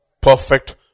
perfect